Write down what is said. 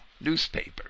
newspaper